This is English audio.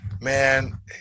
Man